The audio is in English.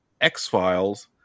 X-Files